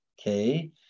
okay